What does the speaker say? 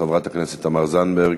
חברת הכנסת תמר זנדברג,